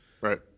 Right